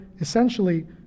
essentially